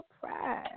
surprise